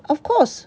of course